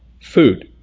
food